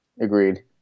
Agreed